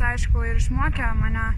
aišku ir išmokė mane